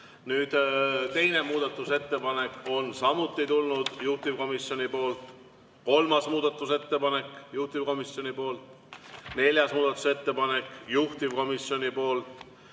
Nüüd, teine muudatusettepanek on samuti tulnud juhtivkomisjonilt. Kolmas muudatusettepanek, juhtivkomisjonilt. Neljas muudatusettepanek, juhtivkomisjonilt.